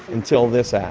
until this and